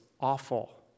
Awful